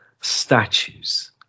Statues